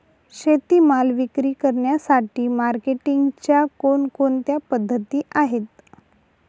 शेतीमाल विक्री करण्यासाठी मार्केटिंगच्या कोणकोणत्या पद्धती आहेत?